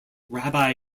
rabbi